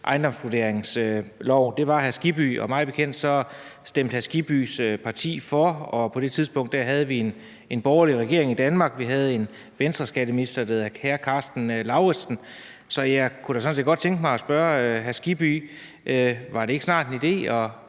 ejendomsvurderingsloven. Det var hr. Hans Kristian Skibby, og mig bekendt stemte hr. Hans Kristian Skibbys parti for, og på det tidspunkt havde vi en borgerlig regering i Danmark, og vi havde en Venstreskatteminister, der hed hr. Karsten Lauritzen. Så jeg kunne da sådan set godt tænke mig at spørge hr. Hans Kristian Skibby: Var det ikke snart en idé at